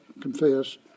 confess